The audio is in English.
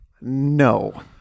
no